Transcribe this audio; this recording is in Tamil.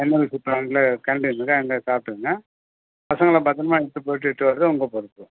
தெர்மல் விசிட் ப்ளாண்ட்டில் கேன்டீன் இருக்குது அங்கே சாப்பிட்ருங்க பசங்களை பத்திரமா அழைச்சிட்டு போய்ட்டு இட்டு வர்றது உங்கள் பொறுப்பு